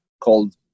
called